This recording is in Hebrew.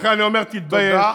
לכן אני אומר: תתבייש.